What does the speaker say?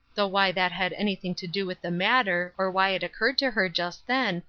though why that had anything to do with the matter, or why it occurred to her just then,